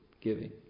giving